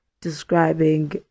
describing